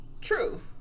True